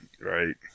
Right